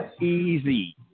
easy